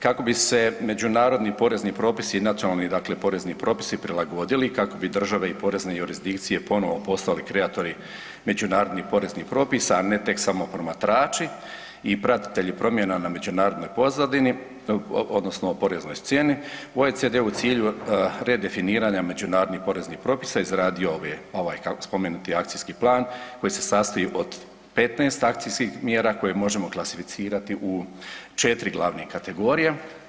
Kako bi se međunarodni propisi i nacionalni dakle porezni propisi prilagodili, kako bi države i porezne jurisdikcije ponovo postali kreatori međunarodnih poreznih propisa, a ne tek samo promatrači i pratitelji promjena na međunarodnoj pozadini odnosno poreznoj sceni OECD u cilju redefiniranja međunarodnih poreznih propisa izradio ovaj spomenuti akcijski plan koji se sastoji od 15 akcijskih mjera koje možemo klasificirati u 4 glavnih kategorija.